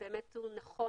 הוא באמת נכון,